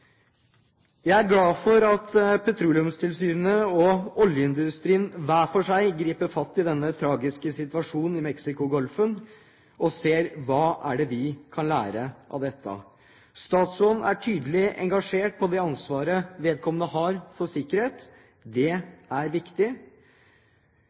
Jeg er glad for at Petroleumstilsynet og oljeindustrien hver for seg griper fatt i den tragiske situasjonen i Mexicogolfen, og ser hva vi kan lære av dette. Statsråden er tydelig engasjert i det ansvaret hun har når det gjelder sikkerhet. Det